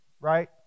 right